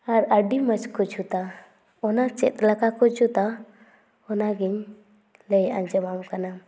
ᱟᱨ ᱟᱹᱰᱤ ᱢᱚᱡᱽ ᱠᱚ ᱡᱩᱛᱟ ᱚᱱᱟ ᱪᱮᱫ ᱞᱮᱠᱟ ᱠᱚ ᱡᱩᱛᱟ ᱚᱱᱟᱜᱤᱧ ᱞᱟᱹᱭ ᱟᱸᱡᱚᱢᱟᱢ ᱠᱟᱱᱟ